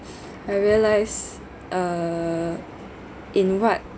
I realise uh in what